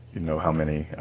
you know how many, i